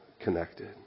connected